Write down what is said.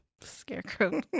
scarecrow